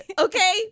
Okay